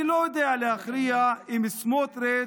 אני לא יודע להכריע אם סמוטריץ'